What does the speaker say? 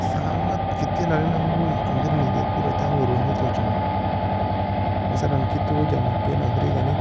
سحابات kety la alina nan go engir neid ekora entan wer wer tole tochina مثلا kety owe jaman kogae nanga firgikany